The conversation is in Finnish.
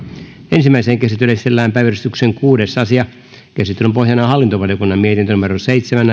ensimmäiseen käsittelyyn esitellään päiväjärjestyksen kuudes asia käsittelyn pohjana on hallintovaliokunnan mietintö seitsemän